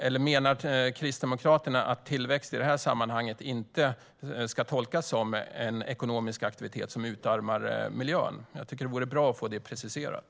Eller menar Kristdemokraterna att tillväxt i detta sammanhang inte ska tolkas som en ekonomisk aktivitet som utarmar miljön? Jag tycker att det vore bra att få det preciserat.